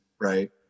right